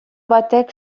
batek